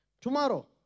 tomorrow